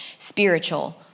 spiritual